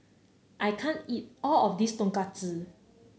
I can't eat all of this Tonkatsu